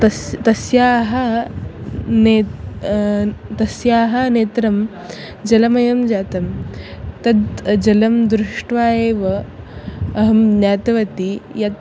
तस्याः तस्याः नेत्रे तस्याः नेत्रे जलमये जाते तद् जलं दृष्ट्वा एव अहं ज्ञातवती यत्